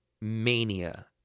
mania